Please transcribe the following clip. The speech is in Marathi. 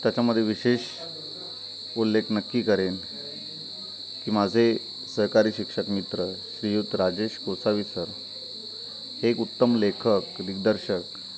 त्याच्यामध्ये विशेष उल्लेख नक्की करेन की माझे सहकारी शिक्षक मित्र श्रीयुत राजेश गोसावी सर हे एक उत्तम लेखक दिग्दर्शक